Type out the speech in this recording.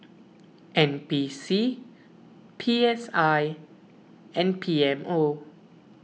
N P C P S I and P M O